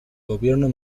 gobierno